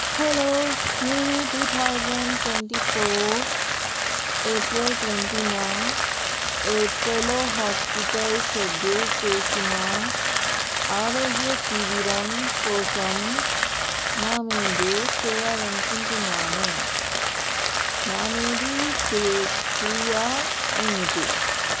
hello నేను two thousand twenty four April ట్వంటీన ఏపిలో హాస్పిటల్ షెడ్యూల్ చేసిన ఆరోగ్య శిబిరం కోసం నమోదు చేయాలని అనుకుంటున్నాను నమోదు ప్రక్రియ ఏమిటి